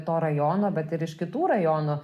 to rajono bet ir iš kitų rajonų